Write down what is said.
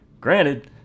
Granted